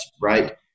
Right